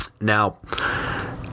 Now